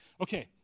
Okay